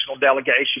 delegation